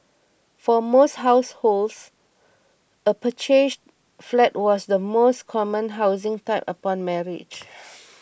but for most households a purchased flat was the most common housing type upon marriage